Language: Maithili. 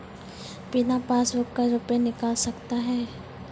बिना पासबुक का रुपये निकल सकता हैं?